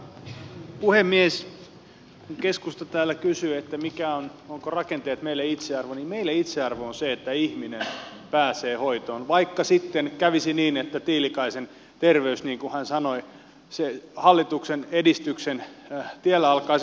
kun keskusta täällä kysyi onko rakenteet meille itseisarvo niin meille itseisarvo on se että ihminen pääsee hoitoon vaikka sitten kävisi niin että tiilikaisen terveys niin kuin hän sanoi hallituksen edistyksen tiellä alkaisi horjua